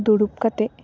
ᱫᱩᱲᱩᱵ ᱠᱟᱛᱮ